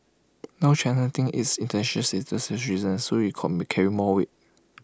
now China thinks its International stature has risen so IT call may carry more weight